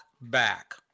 back